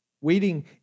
Waiting